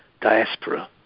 diaspora